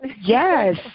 Yes